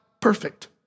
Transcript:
perfect